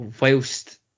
Whilst